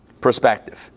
perspective